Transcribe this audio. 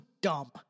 dumb